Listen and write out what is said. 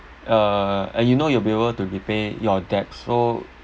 uh and you know you'll be able to repay your debts so